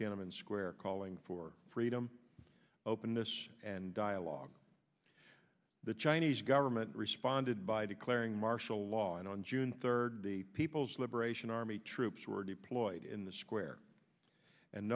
tiananmen square calling for freedom openness and dialogue the chinese government responded by declaring martial law and on june third the people's liberation army troops were deployed in the square and